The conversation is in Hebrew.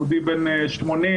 יהודי בן 80,